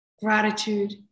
gratitude